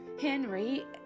Henry